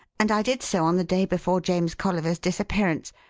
and i did so on the day before james colliver's disappearance.